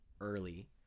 early